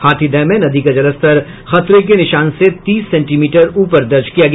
हाथीदह में नदी का जलस्तर खतरे के निशान से तीस सेंटीमीटर ऊपर दर्ज किया गया